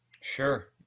Sure